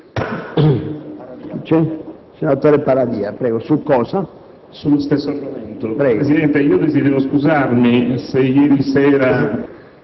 Presidente, desidero scusarmi se ieri sera